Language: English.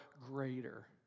greater